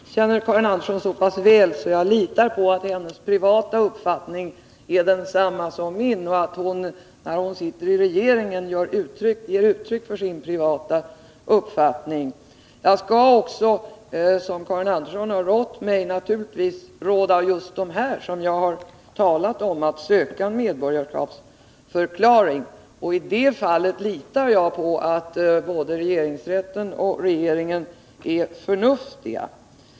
Herr talman! Jag känner Karin Andersson så pass väl att jag litar på att hennes privata uppfattning är densamma som min och att hon, när hon sitter i regeringen, ger uttryck för sin privata uppfattning. Jag skall naturligtvis, som Karin Andersson rått mig, råda just dem som jag talat om att söka medborgarskapsförklaring. I de fallen litar jag på att både regeringsrätten och regeringen är förnuftiga.